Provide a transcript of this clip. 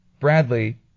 Bradley